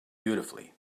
beautifully